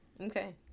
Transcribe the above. Okay